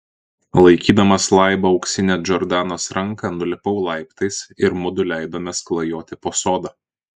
laikydamas laibą auksinę džordanos ranką nulipau laiptais ir mudu leidomės klajoti po sodą